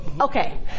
Okay